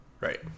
Right